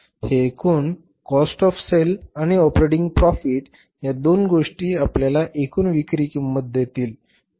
हे एकूण cost of sale आणि ऑपरेटिंग प्रॉफिट या दोन गोष्टी आपल्याला एकूण विक्री किंमत देतील